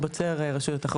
בא כוח PayPal